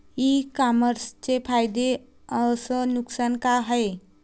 इ कामर्सचे फायदे अस नुकसान का हाये